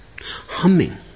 humming